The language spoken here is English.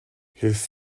his